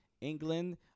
England